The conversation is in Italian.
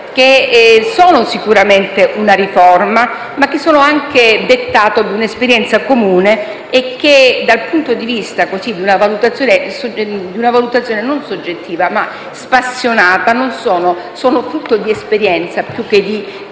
sono sicuramente una riforma, ma sono anche dettati da un'esperienza comune e, dal punto di vista di una valutazione non soggettiva ma spassionata, sono frutto di esperienza più che di grande